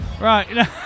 Right